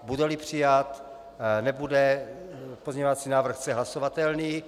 Budeli přijat, nebude pozměňovací návrh C hlasovatelný.